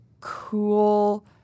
cool